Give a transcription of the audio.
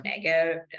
negative